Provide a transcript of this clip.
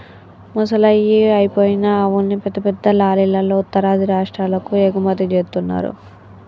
ముసలయ్యి అయిపోయిన ఆవుల్ని పెద్ద పెద్ద లారీలల్లో ఉత్తరాది రాష్టాలకు ఎగుమతి జేత్తన్నరు